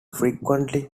frequently